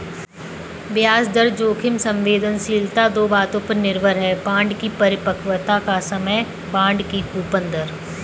ब्याज दर जोखिम संवेदनशीलता दो बातों पर निर्भर है, बांड की परिपक्वता का समय, बांड की कूपन दर